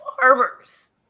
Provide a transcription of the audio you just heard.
farmers